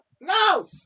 No